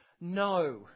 No